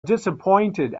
disappointed